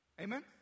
Amen